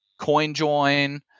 CoinJoin